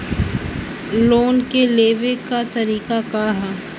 Loan के लेवे क तरीका का ह?